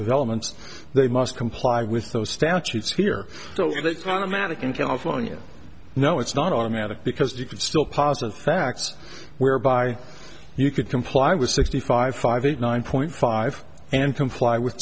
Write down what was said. developments they must comply with those statutes here so that kind of magic in california no it's not automatic because you could still positive facts whereby you could comply with sixty five five eight nine point five and comply with